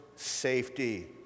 safety